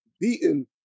beaten